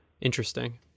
interesting